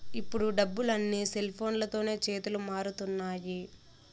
ఇప్పుడు డబ్బులు అన్నీ సెల్ఫోన్లతోనే చేతులు మారుతున్నాయి